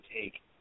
take